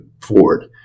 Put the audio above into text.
forward